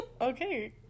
Okay